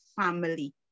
family